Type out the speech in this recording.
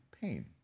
pain